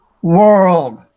World